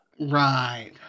Right